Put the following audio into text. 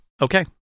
Okay